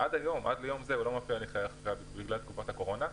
עד ליום זה הוא לא מפעיל הליכי אכיפה בגלל מגפת הקורונה.